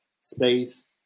space